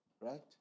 right